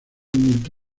multa